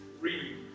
Read